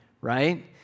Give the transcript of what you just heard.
right